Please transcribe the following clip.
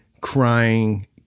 crying